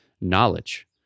knowledge